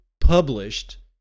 published